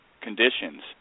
conditions